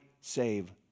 save